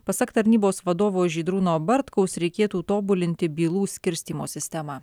pasak tarnybos vadovo žydrūno bartkaus reikėtų tobulinti bylų skirstymo sistemą